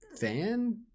fan